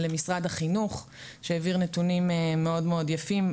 למשרד החינוך שהעביר נתונים מאוד יפים.